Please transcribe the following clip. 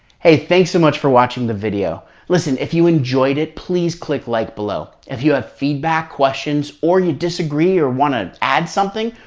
hey, thanks so much for watching the video. listen, if you enjoyed it, please click like below. if you have feedback questions or you disagree or want to add something,